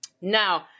now